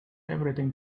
everything